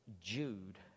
Jude